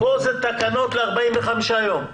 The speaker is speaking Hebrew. פה זה תקנות ל-45 יום.